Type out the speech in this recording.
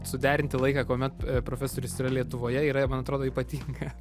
suderinti laiką kuomet profesorius yra lietuvoje yra man atrodo ypatinga